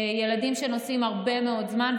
ילדים נוסעים הרבה מאוד זמן,